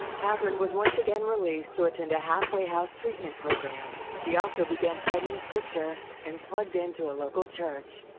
katherine was once again released to attend a halfway house treatment program. she also began studyin scripture and plugged into a local church.